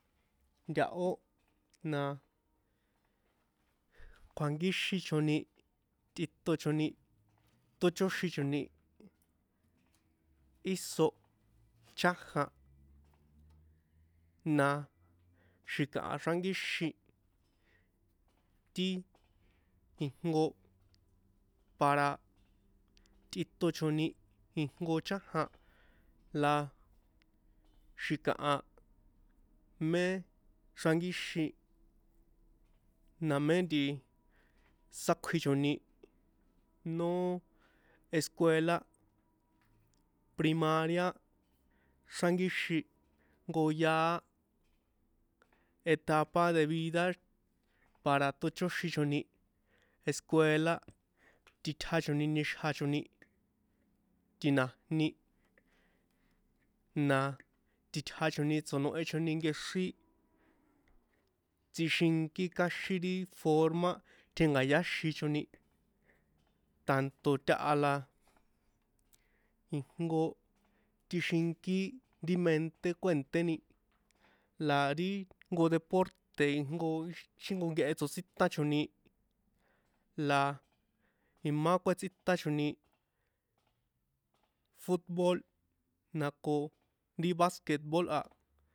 Ntahó na kjuankíxichoni tꞌitochoni tóchoxichoni íso chájan na xi̱kaha xránkíxin ti ijnko para tꞌiton chojni ijnko chájan la xi̱kaha mé xrankíxin na mé nti sákjuichoni nó escuela primaria xránkíxin jnko yaá etapa de vida para tóchoxichoni escuela titjachoni nixjachoni ti̱na̱jni na tꞌitjachoni tsonohecho nkexrín tsixinkí káxín ri forma tjénka̱yaxichoni tanto taha la ijnko tꞌixinkí ri mente kuènṭéni la ri jnko deporte ixi ijnko nkehe tsotsitachoni la imá kuétsichoni futbol na ko ri basket bol a